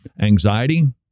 Anxiety